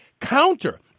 counter